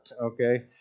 okay